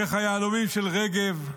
דרך היהלומים של רגב,